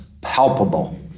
palpable